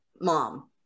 mom